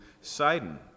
Sidon